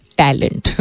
talent